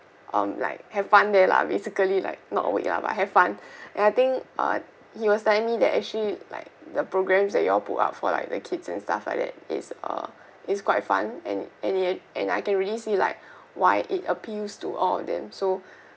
um like have fun there lah basically like not lah but have fun and I think uh he was telling me that actually like the programs that you all put up for like the kids and stuff like that is uh is quite fun and and it had and I can really see like why it appeals to all of them so